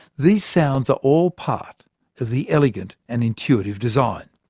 these sounds are all part of the elegant and intuitive design.